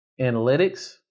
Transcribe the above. analytics